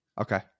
okay